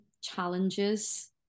challenges